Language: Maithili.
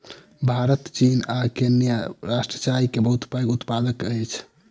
भारत चीन आ केन्या राष्ट्र चाय के बहुत पैघ उत्पादक अछि